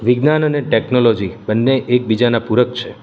વિજ્ઞાન અને ટેક્નોલોજી બંને એકબીજાના પૂરક છે